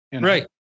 Right